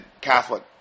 Catholic